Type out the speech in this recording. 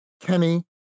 Kenny